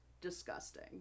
disgusting